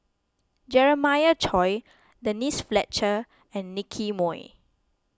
Jeremiah Choy Denise Fletcher and Nicky Moey